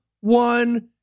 one